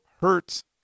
hurts